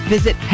Visit